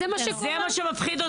זה מה שמפחיד אותי.